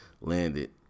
landed